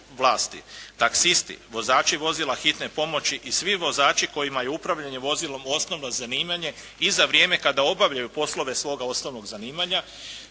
vlasti, taksisti, vozači vozila hitne pomoći i svi vozači kojima je upravljanje vozilom osnovno zanimanje i za vrijeme kada obavljaju poslove svoga osnovnog zanimanja,